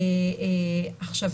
עכשיו,